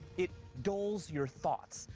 it dulls your thoughts,